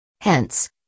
Hence